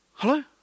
Hello